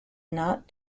not